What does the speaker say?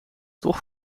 toch